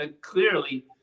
clearly